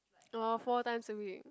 oh four times a week